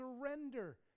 surrender